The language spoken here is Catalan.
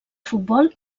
futbol